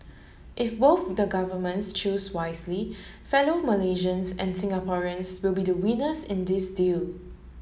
if both the governments choose wisely fellow Malaysians and Singaporeans will be the winners in this deal